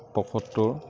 পয়সত্তৰ